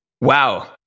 Wow